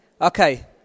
Okay